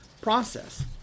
process